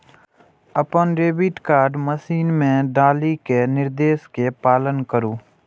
अपन debit card machine मे डालि कें निर्देश के पालन करु